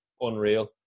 unreal